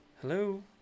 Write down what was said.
Hello